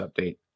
update